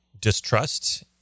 distrust